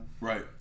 right